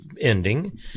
ending